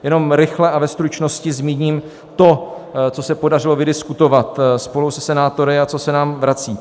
Jenom rychle a ve stručnosti zmíním to, co se podařilo vydiskutovat spolu se senátory a co se nám vrací.